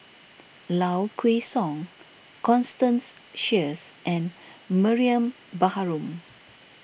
Low Kway Song Constance Sheares and Mariam Baharom